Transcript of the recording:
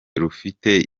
rufite